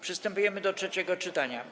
Przystępujemy do trzeciego czytania.